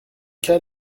cas